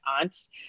aunts